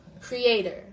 creator